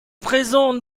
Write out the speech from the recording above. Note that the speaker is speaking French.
présent